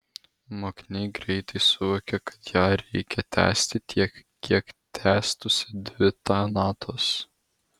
mokiniai greitai suvokia kad ją reikia tęsti tiek kiek tęstųsi dvi ta natos